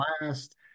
last